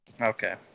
Okay